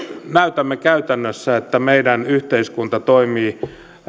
näytämme käytännössä että meidän yhteiskunta toimii